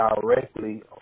directly